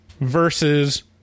versus